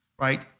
right